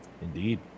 Indeed